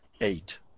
eight